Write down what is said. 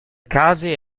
case